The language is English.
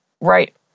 right